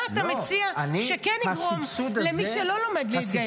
מה אתה מציע שכן יגרום למי שלא לומד להתגייס?